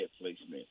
placement